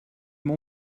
mon